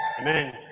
Amen